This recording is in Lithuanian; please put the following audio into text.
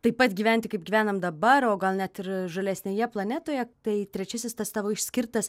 taip pat gyventi kaip gyvenam dabar o gal net ir žalesnėje planetoje tai trečiasis tas tavo išskirtas